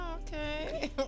Okay